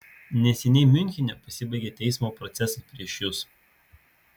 neseniai miunchene pasibaigė teismo procesas prieš jus